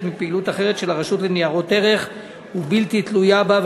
מפעילות אחרת של הרשות לניירות ערך ובלתי תלויה בה,